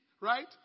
right